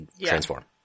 transform